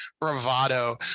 bravado